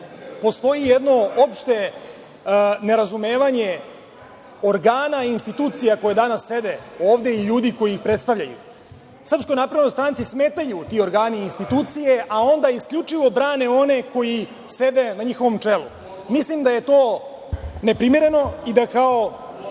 postoji jedno opšte nerazumevanje organa i institucija koje danas sede ovde i ljudi koji ih predstavljaju. Srpskoj naprednoj stranci smetaju ti organi i institucije, a onda isključivo brane one koji sede na njihovom čelu. Mislim da je to neprimereno i da kao